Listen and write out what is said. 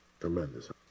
Tremendous